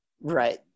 Right